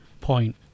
point